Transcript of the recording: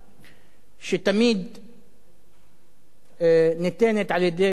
שתמיד ניתנת על-ידי ועדת החקירה